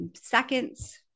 seconds